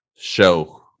show